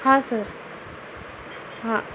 हां सर